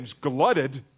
glutted